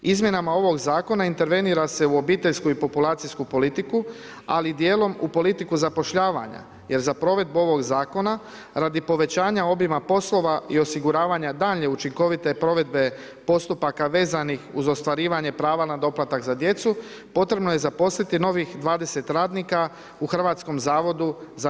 Izmjenama ovog zakona intervenira se u obiteljsku i populacijsku politiku, ali i dijelom u politiku zapošljavanja jer za provedbu ovog zakona radi povećanja obima poslova i osiguravanja daljnje učinkovite provedbe postupaka vezanih uz ostvarivanje prava na doplatak za djecu, potrebno je zaposliti novih 20 radnika u HZMO-u.